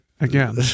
again